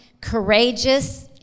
courageous